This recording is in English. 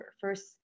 first